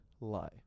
lie